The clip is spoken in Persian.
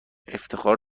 افتخار